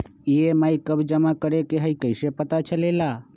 EMI कव जमा करेके हई कैसे पता चलेला?